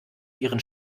ihren